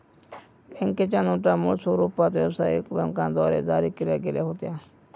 बँकेच्या नोटा मूळ स्वरूपात व्यवसायिक बँकांद्वारे जारी केल्या गेल्या होत्या